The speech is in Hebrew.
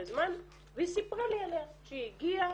זמן והיא סיפרה לי עליה שהיא הגיעה,